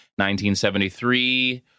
1973